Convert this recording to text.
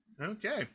Okay